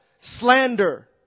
Slander